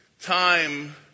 time